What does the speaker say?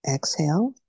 Exhale